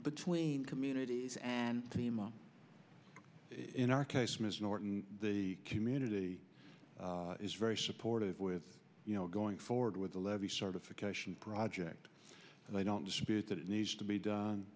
between communities and in our case ms norton the community is very supportive with you know going forward with the levee certification project and i don't dispute that it needs to be done